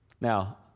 Now